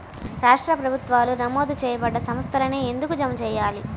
రాష్ట్ర ప్రభుత్వాలు నమోదు చేయబడ్డ సంస్థలలోనే ఎందుకు జమ చెయ్యాలి?